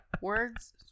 Words